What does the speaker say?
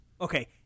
okay